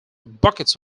buckets